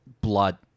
blood